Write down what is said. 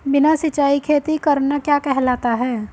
बिना सिंचाई खेती करना क्या कहलाता है?